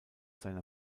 seiner